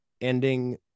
ending